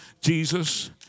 Jesus